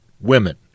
women